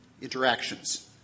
interactions